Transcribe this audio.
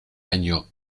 año